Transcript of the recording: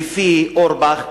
לפי אורבך,